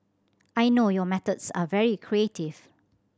I know your methods are very creative